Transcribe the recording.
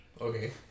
Okay